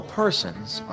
person's